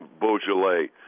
Beaujolais